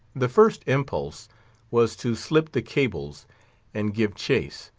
the first impulse was to slip the cables and give chase.